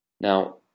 Now